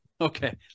Okay